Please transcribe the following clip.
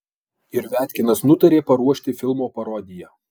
ir viatkinas nutarė paruošti filmo parodiją